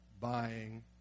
buying